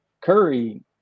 Curry